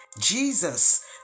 Jesus